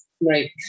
right